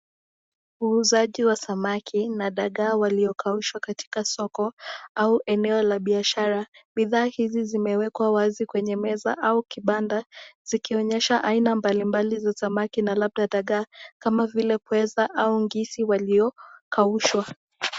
Muuzaji wa samaki na dagaa waliokaushwa katika soko au eneo la biashara. Bidhaa hizi zimewekwa wazi kwenye meza au kibanda zikionyesha aina mbali mbali za samaki na labda dagaa kama vile pweza au ngisi waliokaushwa.